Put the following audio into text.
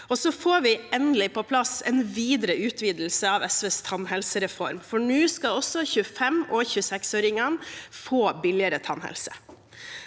Vi får endelig på plass en videre utvidelse av SVs tannhelsereform, for nå skal også 25- og 26-åringene få billigere tannhelse.